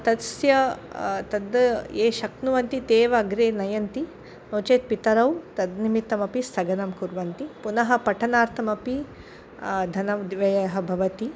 तस्य तद् ये शक्नुवन्ति ते एव अग्रे नयन्ति नो चेत् पितरौ तद् निमित्तमपि स्थगनं कुर्वन्ति पुनः पठनार्थमपि धनव्ययः भवति